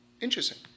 interesting